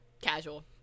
Casual